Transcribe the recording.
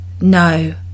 no